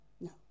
No